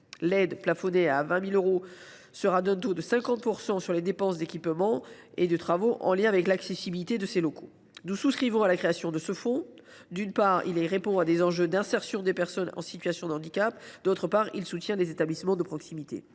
L’aide, plafonnée à 20 000 euros, sera d’un taux de 50 % sur les dépenses d’équipement et de travaux en lien avec l’accessibilité des locaux. Nous nous félicitons de la création de ce fonds. D’une part, il répond à des enjeux d’insertion des personnes en situation de handicap, et, d’autre part, il apportera un soutien bienvenu aux établissements de proximité.